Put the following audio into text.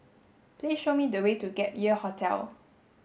please show me the way to Gap Year Hostel